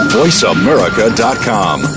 voiceamerica.com